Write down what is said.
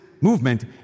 movement